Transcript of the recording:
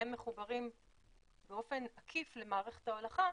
הם מחוברים באופן עקיף למערכת ההולכה,